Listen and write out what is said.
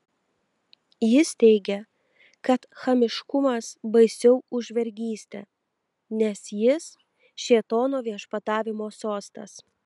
jis teigė kad chamiškumas baisiau už vergystę nes jis šėtono viešpatavimo sostas